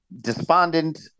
despondent